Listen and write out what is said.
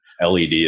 LED